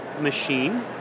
machine